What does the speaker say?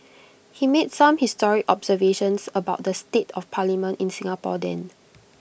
he made some historic observations about the state of parliament in Singapore then